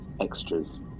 extras